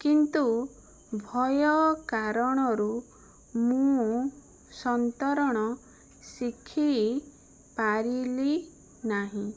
କିନ୍ତୁ ଭୟ କାରଣରୁ ମୁଁ ସନ୍ତରଣ ଶିଖି ପାରିଲି ନାହିଁ